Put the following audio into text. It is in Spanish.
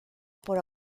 por